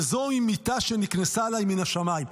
וזו היא מיתה שנקנסה עליי מן השמיים".